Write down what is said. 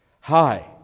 Hi